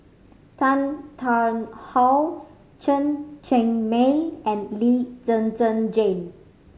Tan Tarn How Chen Cheng Mei and Lee Zhen Zhen Jane